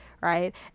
Right